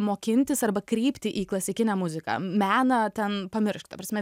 mokintis arba krypti į klasikinę muziką meną ten pamiršk ta prasme